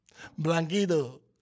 Blanquito